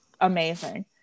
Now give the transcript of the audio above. amazing